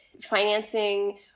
financing